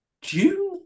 June